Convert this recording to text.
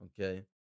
okay